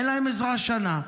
אין להם עזרה שנה.